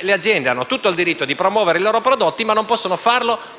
Le aziende hanno tutto il diritto di promuovere i propri prodotti, ma non possono farlo contro